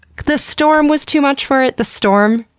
the storm was too much for it? the storm?